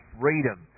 freedom